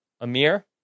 Amir